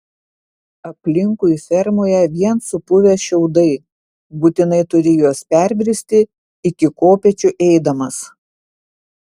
aplinkui fermoje vien supuvę šiaudai būtinai turi juos perbristi iki kopėčių eidamas